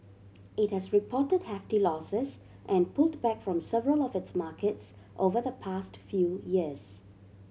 it has reported hefty losses and pulled back from several of its markets over the past few years